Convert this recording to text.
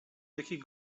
jakich